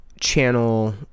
channel